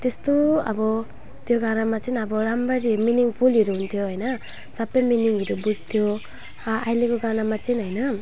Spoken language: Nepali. त्यस्तो अब त्यो गानामा चाहिँ अब राम्ररी मिनिङफुलहरू हुन्थ्यो होइन सब मिनिङहरू बुझ्थ्यो हो अहिलेको गानामा चाहिँ होइन